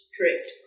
Correct